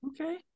Okay